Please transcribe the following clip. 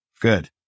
Good